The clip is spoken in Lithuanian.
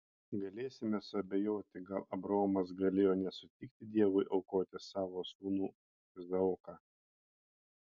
galėsime suabejoti gal abraomas galėjo nesutikti dievui aukoti savo sūnų izaoką